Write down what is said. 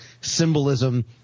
symbolism